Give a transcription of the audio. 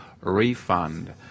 refund